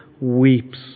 weeps